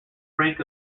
rank